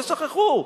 זה שכחו.